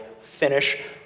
finish